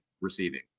receiving